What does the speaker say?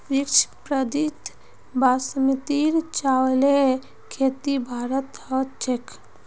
विश्व प्रसिद्ध बासमतीर चावलेर खेती भारतत ह छेक